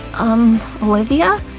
um, olivia?